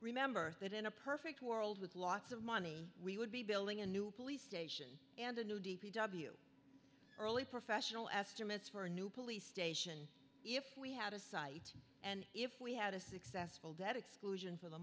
remember that in a perfect world with lots of money we would be building a new police station and a new d p w early professional estimates for a new police station if we had a site and if we had a successful debt exclusion for the